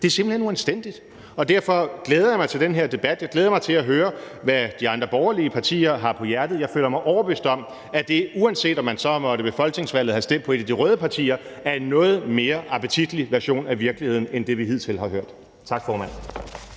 Det er simpelt hen uanstændigt. Derfor glæder jeg mig til den her debat. Jeg glæder mig til at høre, hvad de andre borgerlige partier har på hjerte. Jeg føler mig overbevist om, at det, uanset om man så ved folketingsvalget måtte have stemt på et af de røde partier, er en noget mere appetitlig version af virkeligheden end det, vi hidtil har hørt. Tak, formand.